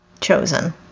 Chosen